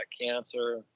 cancer